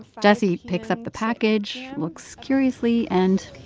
jessie picks up the package, looks curiously and.